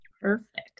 Perfect